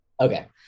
Okay